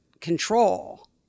control